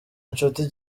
inshuti